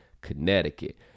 Connecticut